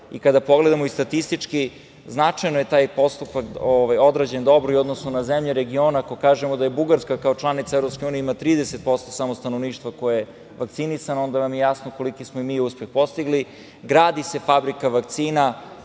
Kada pogledamo i statistički, značajno je taj postupak odrađen dobro i u odnosu na zemlje regiona. Ako kažemo da Bugarska, kao članica EU, ima samo 30% stanovništva koje je vakcinisano, onda vam je jasno koliki smo mi uspeh postigli. Gradi se fabrika vakcina